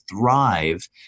thrive